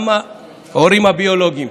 גם ההורים הביולוגיים,